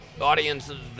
audiences